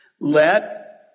let